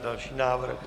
Další návrh.